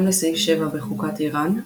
בהתאם לסעיף 7 בחוקת איראן,